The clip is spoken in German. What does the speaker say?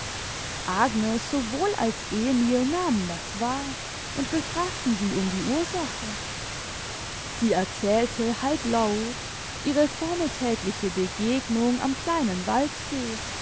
agnes sowohl als emil nahmen das wahr und befragten sie um die ursache sie erzählte halblaut ihre vormittägliche begegnung am kleinen waldsee